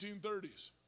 1930s